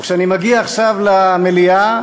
וכשאני מגיע עכשיו למליאה,